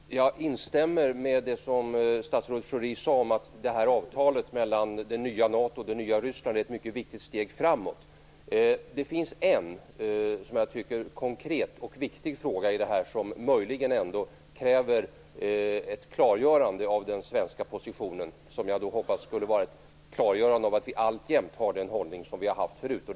Fru talman! Jag instämmer i det som statsrådet Schori sade om att avtalet mellan det nya NATO och det nya Ryssland är ett mycket viktigt steg framåt. Det finns en, som jag tycker, konkret och viktig fråga i detta sammanhang där det möjligen krävs ett klargörande av den svenska positionen. Det gäller de baltiska staternas situation, där jag hoppas på ett klargörande av att vi alltjämt har kvar den hållning som vi tidigare har haft.